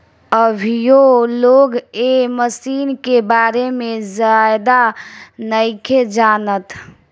अभीयो लोग ए मशीन के बारे में ज्यादे नाइखे जानत